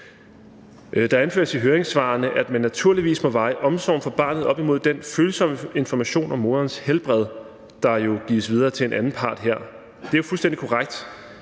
Der anføres i høringssvarene, at man naturligvis må veje omsorgen for barnet op imod den følsomme information om morens helbred, der jo her gives videre til en anden part. Det er jo fuldstændig korrekt,